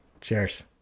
Cheers